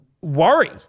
worry